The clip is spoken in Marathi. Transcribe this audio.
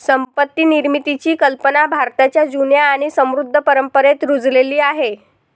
संपत्ती निर्मितीची कल्पना भारताच्या जुन्या आणि समृद्ध परंपरेत रुजलेली आहे